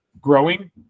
growing